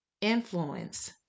influence